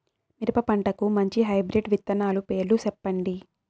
మిరప పంటకు మంచి హైబ్రిడ్ విత్తనాలు పేర్లు సెప్పండి?